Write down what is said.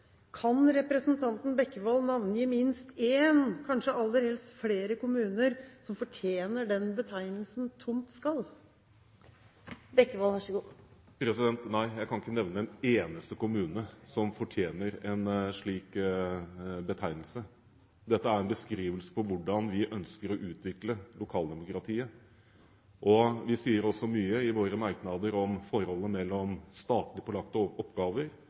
Kan representanten Bekkevold navngi minst én kommune, kanskje aller helst flere kommuner, som fortjener betegnelsen «tomt skall»? Nei, jeg kan ikke nevne en eneste kommune som fortjener en slik betegnelse. Dette er en beskrivelse av hvordan vi ønsker å utvikle lokaldemokratiet. Vi sier også mye i våre merknader om forholdet mellom statlig pålagte oppgaver og kommunenes mulighet for å